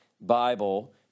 Bible